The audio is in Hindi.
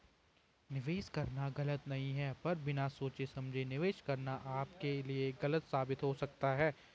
निवेश करना गलत नहीं है पर बिना सोचे समझे निवेश करना आपके लिए गलत साबित हो सकता है